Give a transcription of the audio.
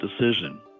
decision